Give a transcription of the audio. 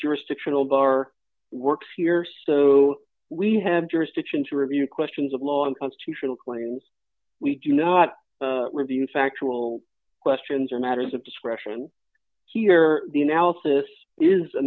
jurisdictional bar works here so we have jurisdiction to review questions of law and constitutional claims we do not review factual questions are matters of discretion here the analysis is a